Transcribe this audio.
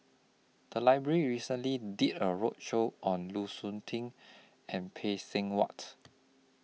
The Library recently did A roadshow on Lu Suitin and Phay Seng Whatt